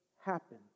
happen